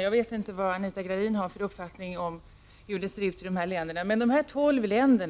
Jag vet inte vilken uppfattning Anita Gradin har om hur det ser ut där, men dessa tolv länder,